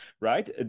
right